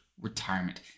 retirement